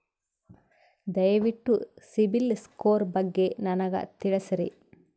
ದಯವಿಟ್ಟು ಸಿಬಿಲ್ ಸ್ಕೋರ್ ಬಗ್ಗೆ ನನಗ ತಿಳಸರಿ?